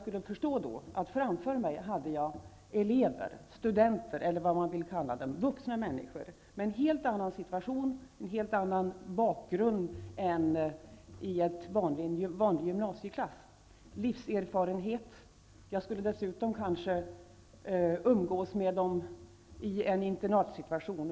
Samtidigt förstår jag att jag framför mig hade elever och studerande med en helt annan situation och helt annan bakgrund än elever i en vanlig gymnasieklass. Jag skulle kanske behöva umgås med dem i en internatsituation.